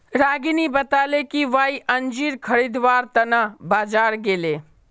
रागिनी बताले कि वई अंजीर खरीदवार त न बाजार गेले